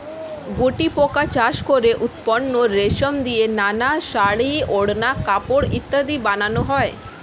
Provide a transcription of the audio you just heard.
গুটিপোকা চাষ করে উৎপন্ন রেশম দিয়ে নানা শাড়ী, ওড়না, কাপড় ইত্যাদি বানানো হয়